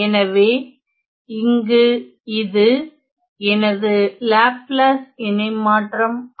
எனவேஇங்கு இது எனது லாப்லாஸ் இணைமாற்றம் ஆகும்